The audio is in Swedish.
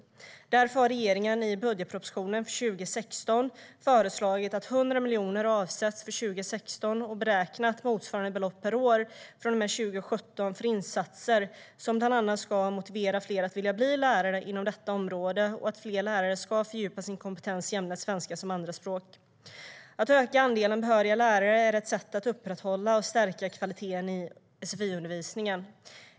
Därför har regeringen i budgetpropositionen för 2016 föreslagit att 100 miljoner kronor avsätts för 2016 och beräknat motsvarande belopp per år från och med 2017 för insatser som bland annat ska motivera fler att vilja bli lärare inom detta område och se till att fler lärare fördjupar sin kompetens i ämnet svenska som andraspråk. Att öka andelen behöriga lärare är ett sätt att upprätthålla och stärka kvaliteten i sfi-undervisningen.